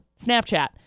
Snapchat